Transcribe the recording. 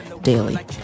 daily